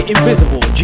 Invisible